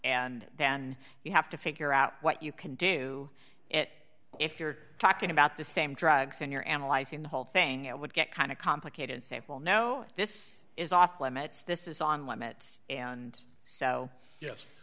and then you have to figure out what you can do it if you're talking about the same drugs and you're analyzing the whole thing it would get kind of complicated say well no this is off limits this is on limits and so yes